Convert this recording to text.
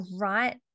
right